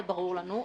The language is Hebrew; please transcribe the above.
זה ברור לנו.